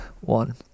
one